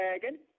dragon